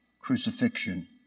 crucifixion